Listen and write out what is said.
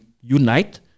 unite